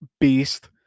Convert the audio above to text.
beast